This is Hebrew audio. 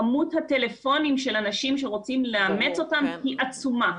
כמות הטלפונים של אנשים שרוצים לאמץ אותם היא עצומה.